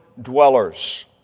dwellers